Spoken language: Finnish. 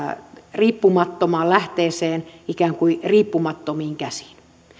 riippumattomaan lähteeseen ikään kuin riippumattomiin käsiin